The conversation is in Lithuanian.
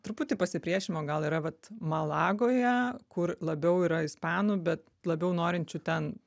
truputį pasipriešinimo gal yra vat malagoje kur labiau yra ispanų bet labiau norinčių ten